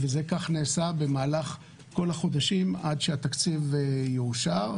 וכך זה נעשה במהלך כל החודשים עד שהתקציב יאושר,